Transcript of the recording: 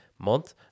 month